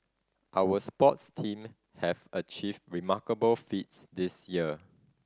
our sports team have achieved remarkable feats this year